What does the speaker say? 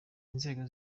inzego